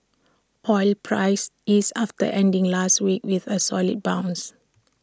oil prices eased after ending last week with A solid bounce